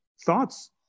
thoughts